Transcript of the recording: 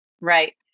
Right